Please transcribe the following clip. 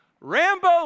Rambo